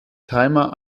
timer